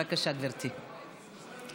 בבקשה, גברתי.